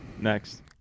Next